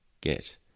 get